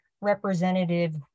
representative